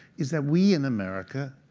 is that we in america,